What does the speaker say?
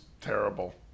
terrible